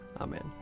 Amen